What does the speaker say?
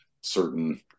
certain